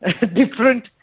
different